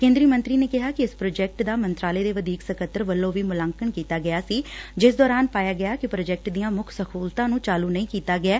ਕੇਂਦਰੀ ਮੰਤਰੀ ਨੇ ਕਿਹਾ ਕਿ ਇਸ ਪ੍ਾਜੈਕਟ ਦਾ ਮੰਤਰਾਲੇ ਦੇ ਵਧੀਕ ਸਕੱਤਰ ਵੱਲੋ ਵੀ ਮੁਲੰਕਣ ਕੀਤਾ ਗਿਆ ਸੀ ਜਿਸ ਦੌਰਾਨ ਪਾਇਆ ਗਿਆ ਕਿ ਪ੍ਾਜੈਕਟ ਦੀਆਂ ਮੁੱਖ ਸਹੂਲਤਾਂ ਨੂੰ ਚਾਲੂ ਨਹੀ ਕੀਤਾ ਗਿਐ